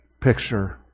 picture